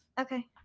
Okay